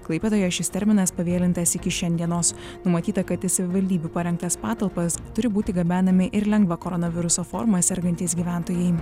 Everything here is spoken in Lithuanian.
klaipėdoje šis terminas pavėlintas iki šiandienos numatyta kad į savivaldybių parengtas patalpas turi būti gabenami ir lengva koronaviruso forma sergantys gyventojai